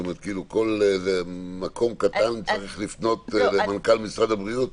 כל מקום קטן צריך לפנות למנכ"ל משרד הבריאות,